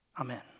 Amen